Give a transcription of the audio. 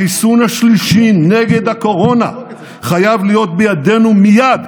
החיסון השלישי נגד הקורונה חייב להיות בידינו מייד,